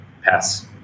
pass